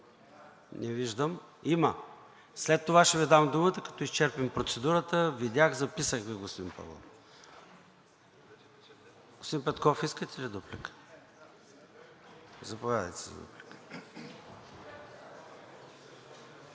Не виждам. Има? След това ще Ви дам думата, като изчерпим процедурата. Видях, записах Ви, господин Павлов. Господин Петков, искате ли дуплика? Заповядайте за дуплика.